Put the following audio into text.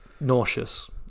nauseous